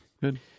good